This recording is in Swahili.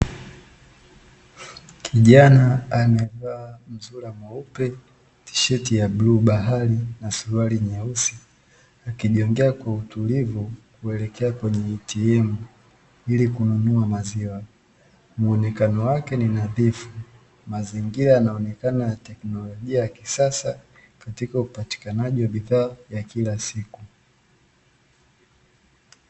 Kijana amevaa mzura mweupe, tisheti ya bluu bahari na suruali nyeusi, akijongea kwa utulivu kuelekea kwenye 'ATM' ili kununua maziwa , muonekano wake ni nadhifu, mazingira yanaonekana ya teknolojia ya kisasa katika upatikanaji wa bidhaa za kila siku.